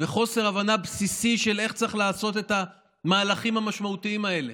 חוסר הבנה בסיסית של איך צריך לעשות את המהלכים המשמעותיים האלה.